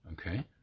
Okay